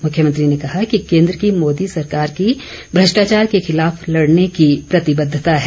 मुख्यमंत्री ने कहा कि केंद्र की मोदी सरकार की भ्रष्टाचार के खिलाफ लड़ने की प्रतिबद्धता है